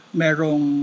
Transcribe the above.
merong